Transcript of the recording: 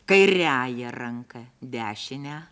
kairiąja ranka dešinę